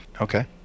Okay